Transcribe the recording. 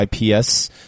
IPS